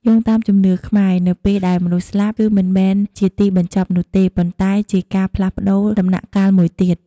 យោងតាមជំនឿខ្មែរ នៅពេលដែលមនុស្សស្លាប់ គឺមិនមែនជាទីបញ្ចប់នោះទេ ប៉ុន្តែជាការផ្លាស់ប្ដូរដំណាក់កាលមួយទៀត។